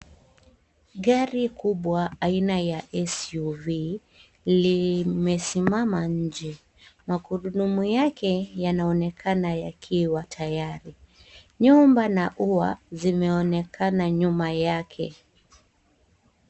Gari kubwa aina ya SUV limesimama nje na magurudumu yake yanaonekana yakiwa tayari nyumba na ua zimeonekana nyuma yake.